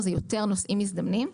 אלה יותר נוסעים מזדמנים,